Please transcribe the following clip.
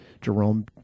Jerome